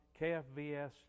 KFVS